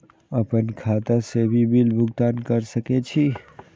आपन खाता से भी बिल भुगतान कर सके छी?